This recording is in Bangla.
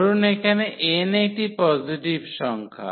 ধরুন এখানে n একটি পজিটিভ সংখ্যা